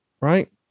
right